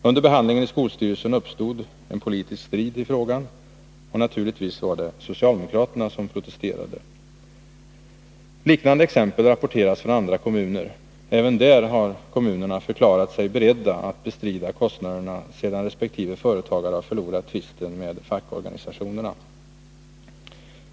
Under behandlingen i skolstyrelsen uppstod politisk strid. Och naturligtvis var det socialdemokraterna som protesterade. Liknande exempel rapporteras från andra kommuner. Även där har kommunerna förklarat sig beredda att bestrida kostnaderna sedan resp. företagare har förlorat tvisten med fackorganisationerna.